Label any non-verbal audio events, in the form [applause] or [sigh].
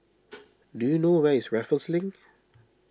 [noise] do you know where is Raffles Link